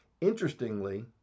Interestingly